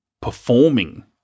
performing